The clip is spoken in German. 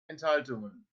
enthaltungen